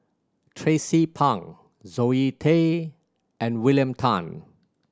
Tracie Pang Zoe Tay and William Tan